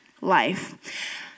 life